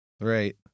right